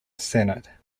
senate